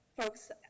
folks